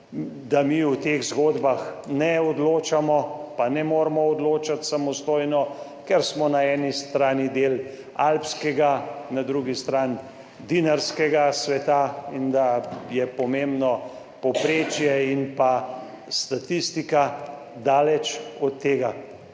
da mi o teh zgodbah ne odločamo, pa ne moremo odločati samostojno, ker smo na eni strani del alpskega, na drugi strani dinarskega sveta in da je pomembno povprečje in pa statistika daleč od tega.